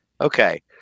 Okay